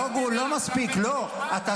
די, די, מספיק, לא, לא מספיק, לא.